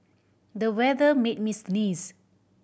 the weather made me sneeze